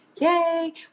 Yay